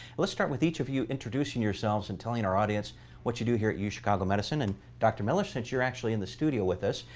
let's start with each of you introducing yourselves and telling our audience what you do here at uchicago medicine. and dr. miller, since you're actually in the studio with us,